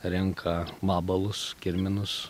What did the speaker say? renka vabalus kirminus